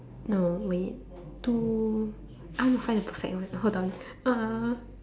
no wait two I want to find the perfect one hold on uh